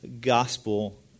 gospel